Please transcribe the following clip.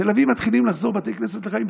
בתל אביב מתחילים לחזור בתי כנסת לחיים,